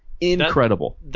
Incredible